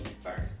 first